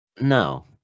No